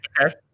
Okay